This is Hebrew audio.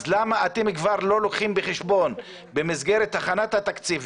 אז למה אתם לא לוקחים בחשבון במסגרת הכנת התקציב,